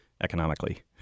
economically